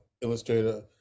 illustrator